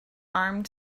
armed